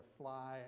fly